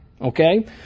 Okay